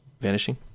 vanishing